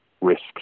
risks